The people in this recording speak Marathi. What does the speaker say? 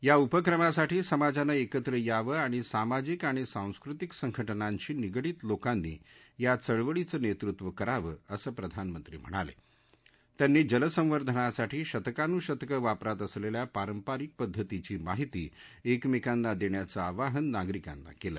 या उपक्रमासाठी समाजान िकत्र यावं आणि सामाजिक आणि सांस्कृतिक संघटनांशी निगडीत लोकानी या चळवळीचं नसूर्व करावं असं प्रधानमंत्री म्हणाला तियांनी जलसंवंधनासाठी शतकानुशतकं वापरात असलखि पारंपरिक पद्धतीची माहिती एकमक्वीना दप्खीचं आवाहन नागरिकांना कळे